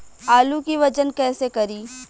आलू के वजन कैसे करी?